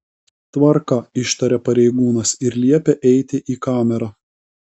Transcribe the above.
tvarka ištaria pareigūnas ir liepia eiti į kamerą